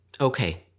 okay